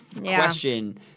question